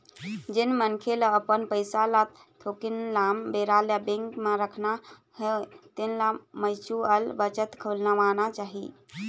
जेन मनखे ल अपन पइसा ल थोकिन लाम बेरा ले बेंक म राखना हे तेन ल म्युचुअल बचत खोलवाना चाही